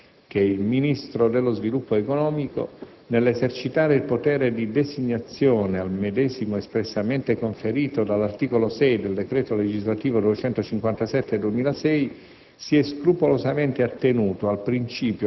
Non può peraltro sfuggire che il Ministro dello sviluppo economico, nell'esercitare il potere di designazione al medesimo espressamente conferito dall'articolo 6 del decreto legislativo n. 257 del 2006,